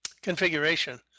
configuration